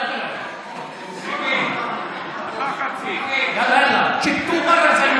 אתה חצוף, יאללה, קדימה.